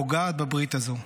פוגעת בברית הזו.